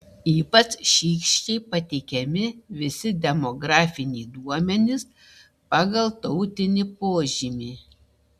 ypač šykščiai pateikiami visi demografiniai duomenys pagal tautinį požymį